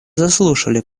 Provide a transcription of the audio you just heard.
заслушали